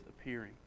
appearing